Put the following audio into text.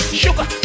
sugar